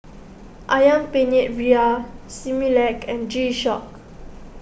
Ayam Penyet Ria Similac and G Shock